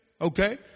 Okay